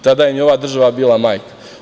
Tada im je ova država bila majka.